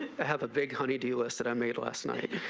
i have a big honey do list that i made last night